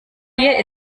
hier